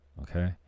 okay